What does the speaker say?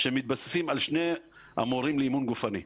שמתבססים על שני המורים לאימון גופני.